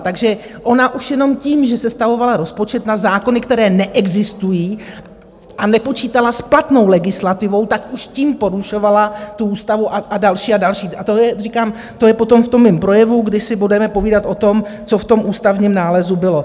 Takže ona už jenom tím, že sestavovala rozpočet na zákony, které neexistují, a nepočítala s platnou legislativou, tak už tím porušovala tu ústavu a další a další, a to říkám, to je potom v tom mém projevu, kdy si budeme povídat o tom, co v tom ústavním nálezu bylo.